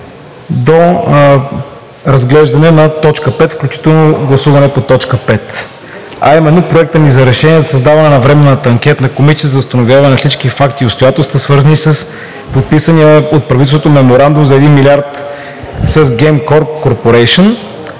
до разглеждане на точка пет, включително гласуване по точка пет, а именно на Проекта ни за решение за създаване на временна анкетна комисия за установяване на всички факти и обстоятелства, свързани с подписания от правителството Меморандум за 1 милиард с Gеmcorp Corporation.